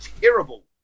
terrible